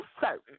certain